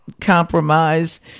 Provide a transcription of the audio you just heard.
compromise